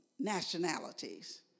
nationalities